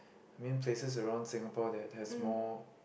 main places around Singapore that has more